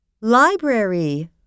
Library